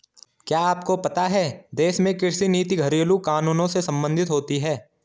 क्या आपको पता है देश में कृषि नीति घरेलु कानूनों से सम्बंधित होती है?